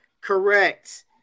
correct